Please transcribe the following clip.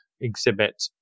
exhibit